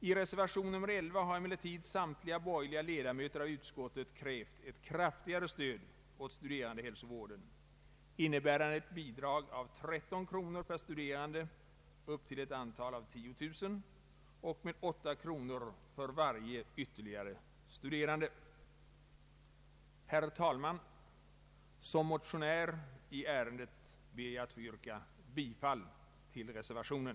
I reservationen har emellertid samtliga borgerliga ledamöter i utskottet krävt ett kraftigare stöd åt studerandehälsovården, innebärande ett bidrag av 13 kronor upp till ett antal av 10 000 och 8 kronor för varje ytterligare studerande. Herr talman! Som motionär i ärendet ber jag att få yrka bifall till reservationen.